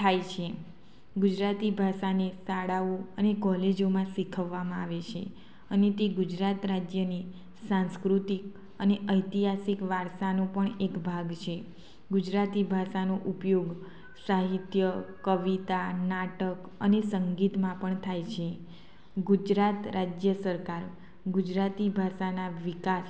થાય છે ગુજરાતી ભાષાને શાળાઓ અને કોલેજોમાં શીખવવામાં આવે છે અને તે ગુજરાત રાજ્યની સાંસ્કૃતિક અને ઐતિહાસિક વારસાનો પણ એક ભાગ છે ગુજરાતી ભાષાનો ઉપયોગ સાહિત્ય કવિતા નાટક અને સંગીતમાં પણ થાય છે ગુજરાત રાજ્ય સરકાર ગજરાતી ભાષાના વિકાસ